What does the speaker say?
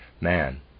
man